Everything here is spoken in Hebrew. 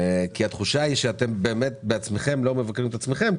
התחושה היא שאתם בעצמכם לא מבקרים את עצמכם,